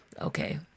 Okay